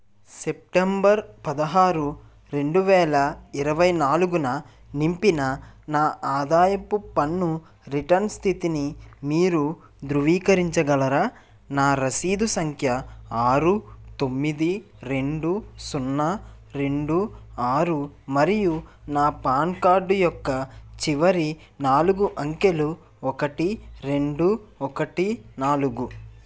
September పదహారు రెండువేల ఇరవై నాలుగున నింపిన నా ఆదాయపు పన్ను రిటర్న్స్ స్థితిని మీరు ధృవీకరించగలరా నా రసీదు సంఖ్య ఆరు తొమ్మిది రెండు సున్నా రెండు ఆరు మరియు నా పాన్ కార్డు యొక్క చివరి నాలుగు అంకెలు ఒకటి రెండు ఒకటి నాలుగు